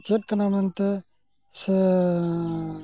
ᱪᱮᱫᱠᱟᱱᱟ ᱢᱮᱱᱛᱮ ᱥᱮᱻ